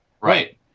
Right